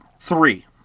Three